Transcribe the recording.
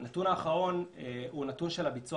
הנתון האחרון הוא נתון של הביצוע